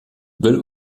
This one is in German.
will